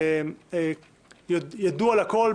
ידוע לכל,